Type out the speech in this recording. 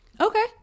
Okay